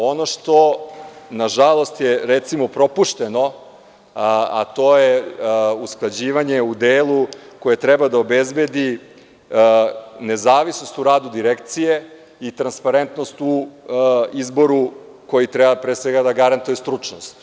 Ono što na žalost je recimo propušteno, a to je usklađivanje u delu koje treba da obezbedi nezavisnost u radu direkcije i transparentnost u izboru koji treba pre svega da garantuje stručnost.